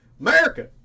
America